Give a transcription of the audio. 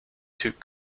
took